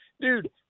Dude